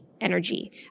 energy